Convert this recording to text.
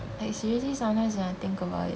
like seriously sometimes when I think about it